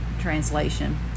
translation